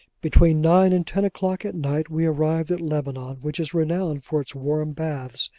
between nine and ten o'clock at night, we arrived at lebanon which is renowned for its warm baths,